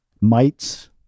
mites